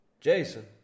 Jason